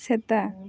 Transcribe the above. ᱥᱮᱛᱟ